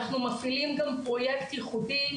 אנחנו מפעילים גם פרויקט ייחודי,